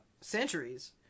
centuries